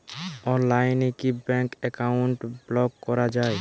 অনলাইনে কি bank account block করা য়ায়?